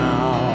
Now